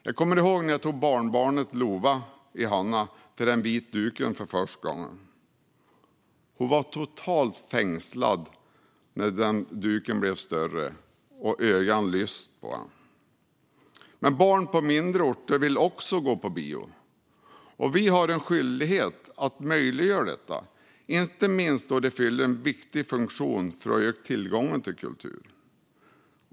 Jag kommer ihåg när jag tog barnbarnet Lova i handen och hon satte sig framför den vita duken för första gången. Hon var totalt fängslad när duken blev större. Ögonen lyste. Barn på mindre orter vill också gå på bio. Vi har en skyldighet att möjliggöra detta, inte minst då det fyller en viktig funktion för att öka tillgången till kultur.